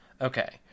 okay